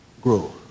grow